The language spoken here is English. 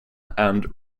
and